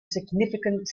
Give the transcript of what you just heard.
significant